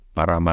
Para